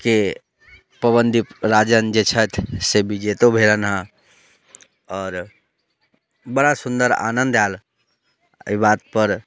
के पवनदीप राजन जे छथि से विजेतो भेलनि हँ आओर बड़ा सुन्दर आनन्द आएल एहि बातपर